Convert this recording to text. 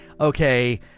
okay